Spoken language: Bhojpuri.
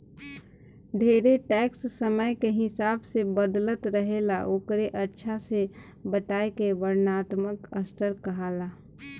ढेरे टैक्स समय के हिसाब से बदलत रहेला ओकरे अच्छा से बताए के वर्णात्मक स्तर कहाला